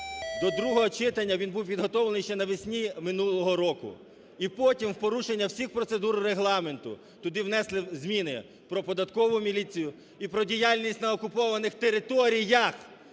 До другого читання він був підготовлений ще навесні минулого року. І потім в порушення всіх процедур Регламенту туди внесли зміни про Податкову міліцію і про діяльність на окупованих територіях,